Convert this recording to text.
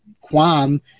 qualm